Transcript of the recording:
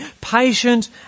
patient